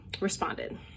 responded